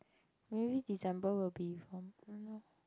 maybe December will be